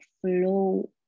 flow